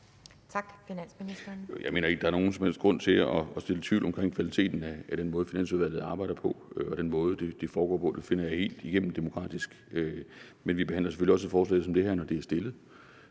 (Bjarne Corydon): Jeg mener ikke, der er nogen som helst grund til at så tvivl om kvaliteten af den måde, Finansudvalget arbejder på, og den måde, det foregår på, for jeg finder det helt igennem demokratisk. Men vi behandler selvfølgelig også et forslag som det her, når det er fremsat,